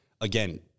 again